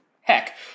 heck